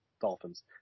Dolphins